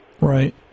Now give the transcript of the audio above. Right